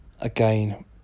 Again